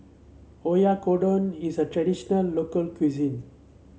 Oyakodon is a traditional local cuisine